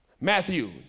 Matthew